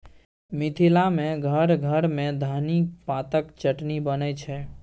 मिथिला मे घर घर मे धनी पातक चटनी बनै छै